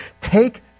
take